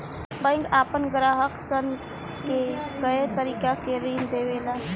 bank आपना ग्राहक सन के कए तरीका के ऋण देवेला